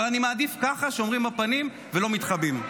אבל אני מעדיף ככה, שאומרים בפנים ולא מתחבאים.